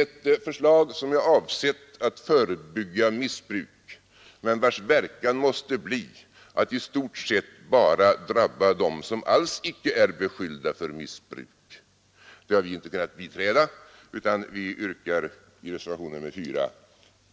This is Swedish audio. Ett förslag, som är avsett att förebygga missbruk men vars verkan måste bli att i stort sett bara drabba dem som alls icke är beskyllda för missbruk, har vi alltså icke kunnat biträda utan vi yrkar i reservationen 4